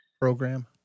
program